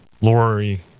Lori